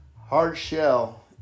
hard-shell